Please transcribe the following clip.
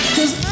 Cause